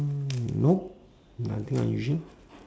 nope nothing unusual